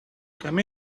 come